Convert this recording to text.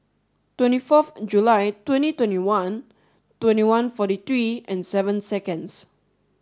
twenty forth July twenty twenty one twenty one forty three and seven seconds